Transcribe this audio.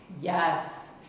Yes